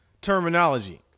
terminology